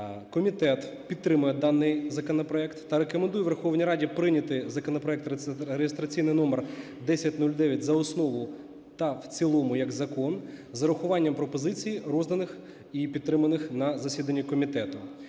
комітет підтримує даний законопроект та рекомендує Верховній Раді прийняти законопроект (реєстраційний номер 1009) за основу та в цілому як закон, з врахуванням пропозицій розданих і підтриманих на засіданні комітету.